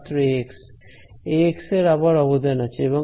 ছাত্র Ax Ax এর আবার অবদান আছে